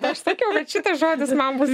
aš sakiau kad šitas žodis man bus